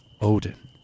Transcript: Odin